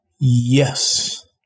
yes